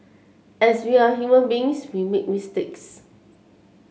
as we are human beings we make mistakes